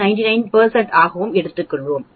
7 அதாவது 99 ஆக எடுத்துக்கொள்வோம்